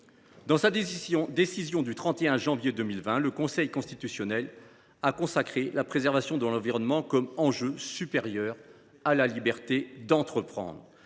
Dans sa décision du 31 janvier 2020, le Conseil constitutionnel a consacré la préservation de l’environnement comme enjeu supérieur à la liberté d’entreprendre.